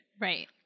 Right